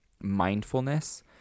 mindfulness